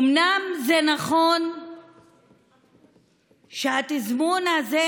אומנם זה נכון שהתזמון הזה,